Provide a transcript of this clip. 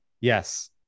Yes